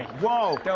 whoa.